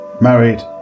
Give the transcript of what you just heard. married